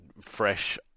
fresh